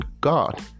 God